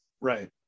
Right